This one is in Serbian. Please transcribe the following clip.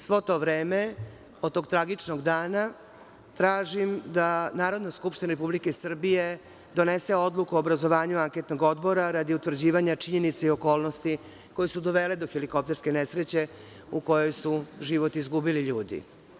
Sve to vreme od tog tragičnog dana tražim da Narodna skupština Republike Srbije donese odluku o obrazovanju anketnog odbora radi utvrđivanju činjenica i okolnosti, koje su dovele do helikopterske nesreće u kojoj su život izgubili ljudi.